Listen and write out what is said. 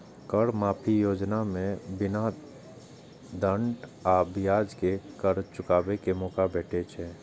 कर माफी योजना मे बिना दंड आ ब्याज के कर चुकाबै के मौका भेटै छै